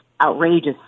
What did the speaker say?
outrageous